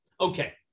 Okay